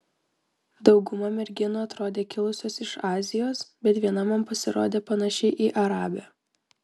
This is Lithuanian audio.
dauguma merginų atrodė kilusios iš azijos bet viena man pasirodė panaši į arabę